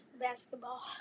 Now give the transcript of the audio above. Basketball